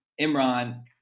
Imran